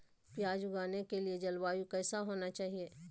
प्याज उगाने के लिए जलवायु कैसा होना चाहिए?